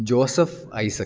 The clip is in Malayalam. Joseph Isaac